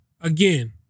again